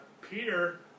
Peter